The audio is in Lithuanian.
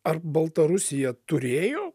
ar baltarusija turėjo